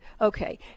Okay